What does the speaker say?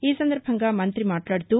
ఈ సందర్బంగా మంతి మాట్లాడుతూ